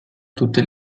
tutte